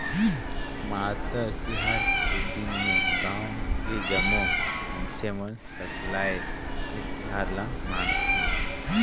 मातर तिहार के दिन में गाँव के जम्मो मइनसे मन सकलाये के तिहार ल मनाथे